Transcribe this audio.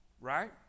Right